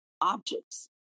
objects